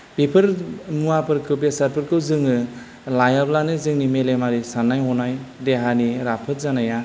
बेफोर मुवाफोरखो बेसादफोरखौ जोङो लायाब्लानो जोंनि मेलेमारि सान्नाय हनाय देहानि राफोद जानाया